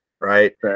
right